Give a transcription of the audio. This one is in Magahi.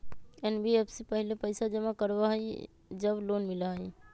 एन.बी.एफ.सी पहले पईसा जमा करवहई जब लोन मिलहई?